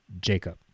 Jacob